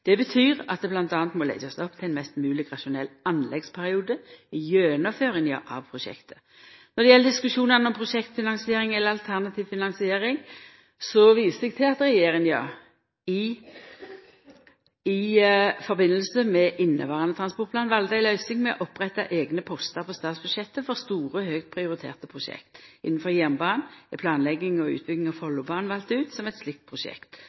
Det betyr at det m.a. må leggjast opp til ein mest mogleg rasjonell anleggsperiode i gjennomføringa av prosjektet. Når det gjeld diskusjonane om prosjektfinansiering eller alternativ finansiering, viser eg til at regjeringa i samband med inneverande transportplan valde ei løysing med å oppretta eigne postar på statsbudsjettet for store, høgt prioriterte prosjekt. Innafor jernbanen er planlegging og utbygging av Follobanen vald ut som eit slikt prosjekt.